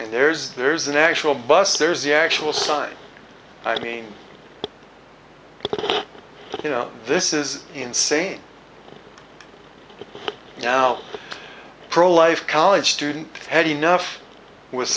and there's there's an actual bus there's the actual sign i mean you know this is insane now pro life college student had enough w